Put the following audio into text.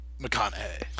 McConaughey